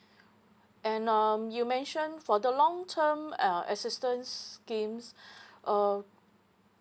and um you mention for the long term uh assistance schemes uh